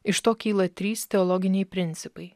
iš to kyla trys teologiniai principai